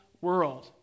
world